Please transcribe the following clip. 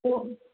ஓ